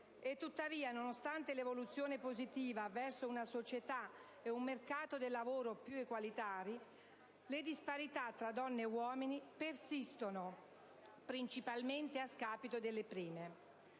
tuttavia, nonostante l'evoluzione positiva verso una società e un mercato del lavoro più egualitari, le disparità tra donne e uomini persistono, principalmente a scapito delle prime.